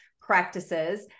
practices